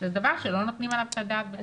שזה דבר שלא נותנים עליו את הדעת.